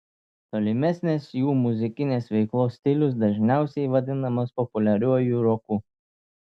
tolimesnės jų muzikinės veiklos stilius dažniausiai vadinamas populiariuoju roku